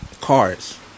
Cars